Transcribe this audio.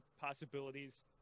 possibilities